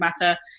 Matter